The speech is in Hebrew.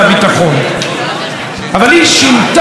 אבל היא שינתה את ההיסטוריה על פי תפיסותיה,